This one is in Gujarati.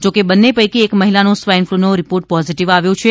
જોકે બંને પૈકી એક મહિલાનો સ્વાઇ ફલૂનો રિપોર્ટ પોઝિટિવ આવ્યો છે